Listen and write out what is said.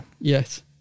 yes